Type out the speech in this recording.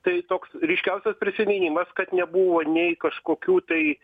tai toks ryškiausias prisiminimas kad nebuvo nei kažkokių tai